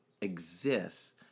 exists